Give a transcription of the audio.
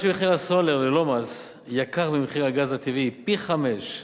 היות שמחיר הסולר ללא מס גבוה ממחיר הגז הטבעי פי חמישה,